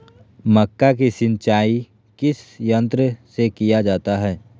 मक्का की सिंचाई किस यंत्र से किया जाता है?